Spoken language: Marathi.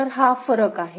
तर हा फरक आहे